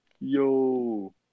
yo